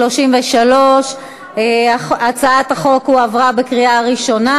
33. הצעת החוק הועברה בקריאה ראשונה,